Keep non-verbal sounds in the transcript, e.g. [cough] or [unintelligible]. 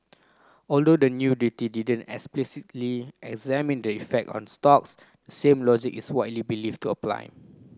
although the new [unintelligible] didn't explicitly examine the effect on stocks same logic is widely believed to apply